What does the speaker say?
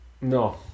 No